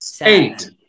Eight